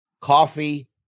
coffee